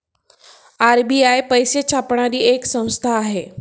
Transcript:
RBI पैसे छापणारी एक संस्था आहे